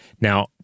Now